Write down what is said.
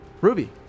Ruby